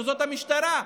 שזאת המשטרה.